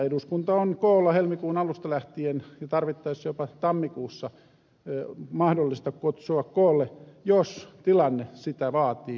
eduskunta on koolla helmikuun alusta lähtien ja on tarvittaessa jopa tammikuussa mahdollista kutsua koolle jos tilanne sitä vaatii